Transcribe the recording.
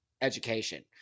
education